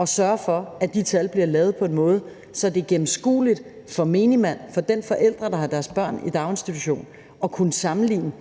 at sørge for, at de tal bliver lavet på en måde, så det er gennemskueligt for menigmand, for de forældre, der har deres børn i daginstitution, at kunne sammenligne